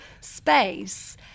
space